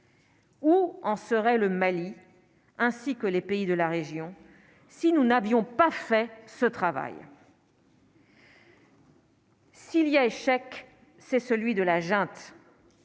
Où en serait le Mali, ainsi que les pays de la région, si nous n'avions pas fait ce travail. S'il y a échec c'est celui de la junte,